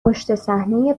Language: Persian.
پشتصحنهی